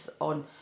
on